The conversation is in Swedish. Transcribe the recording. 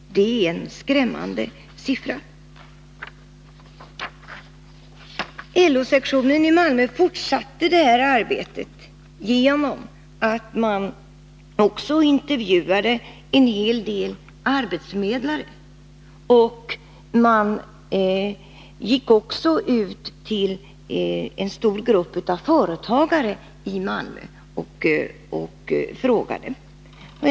Det är en skrämmande siffra. LO-sektionen i Malmö fortsatte det här arbetet med att även intervjua en hel del arbetsförmedlare. Man gick också ut till en stor grupp av företagare i Malmö och ställde frågor.